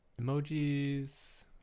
Emojis